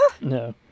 No